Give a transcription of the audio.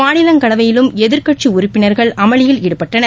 மாநிலங்களவையிலும் எதிர்க்கட்சி உறுப்பினர்கள் அமளியில் ஈடுபட்டனர்